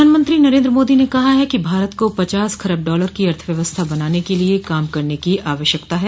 प्रधानमंत्री नरेन्द्र मोदी ने कहा ह कि भारत को पचास खरब डॉलर की अर्थव्यवस्था बनने के लिए काम करने की आवश्यकता है